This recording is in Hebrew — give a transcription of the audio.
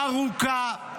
הארוכה,